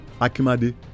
Akimade